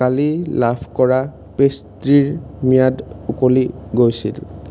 কালি লাভ কৰা পেষ্ট্ৰিৰ ম্যাদ উকলি গৈছিল